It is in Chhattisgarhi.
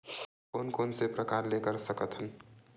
कोन कोन से प्रकार ले कर सकत हन?